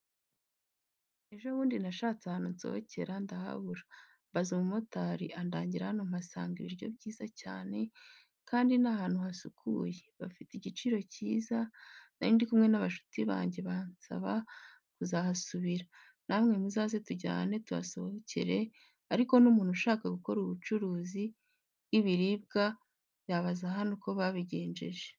Ejobundi nashatse ahantu nsohokera ndahabura mbaza umumotari andangira hano mpasanga ibiryo byiza cyane kandi nahantu hasukuye bafite igiciro cyiza narindikumwe nabashuti bange bansaba kuzahasubira namwe muzaze tujyane tuhasohokere ariko n,umuntu ushaka gukora ubucuruzi bwibiribwa yabazahano uko babigenjeje.